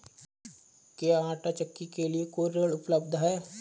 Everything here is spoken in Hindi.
क्या आंटा चक्की के लिए कोई ऋण उपलब्ध है?